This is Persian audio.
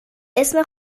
اسم